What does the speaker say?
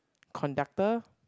conductor